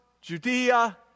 Judea